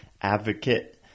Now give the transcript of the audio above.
advocate